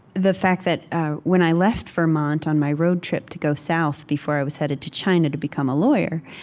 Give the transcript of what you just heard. the fact that when i left vermont on my road trip to go south, before i was headed to china to become a lawyer,